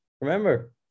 remember